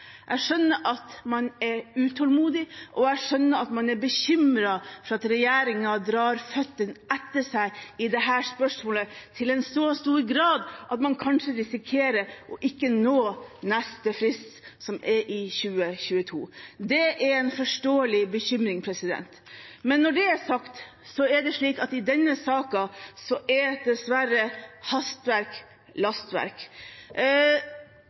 Jeg skjønner at man er utålmodig, og jeg skjønner at man er bekymret for at regjeringen drar føttene etter seg i dette spørsmålet i så stor grad at man kanskje risikerer ikke å nå neste frist, som er i 2022. Det er en forståelig bekymring. Når det er sagt: I denne saken er dessverre hastverk lastverk.